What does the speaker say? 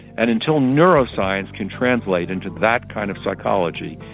and until neuroscience can translate into that kind of psychology,